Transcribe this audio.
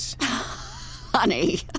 Honey